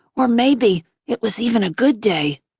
or maybe it was even a good day.